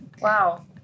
Wow